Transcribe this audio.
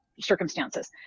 circumstances